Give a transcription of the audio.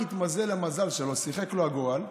רק התמזל המזל שלו, שיחק לו הגורל,